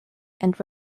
and